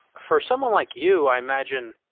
for someone like you, i imagine